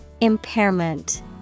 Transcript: Impairment